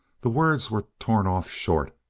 the words were torn off short.